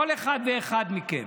כל אחד ואחד מכם,